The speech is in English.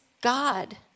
God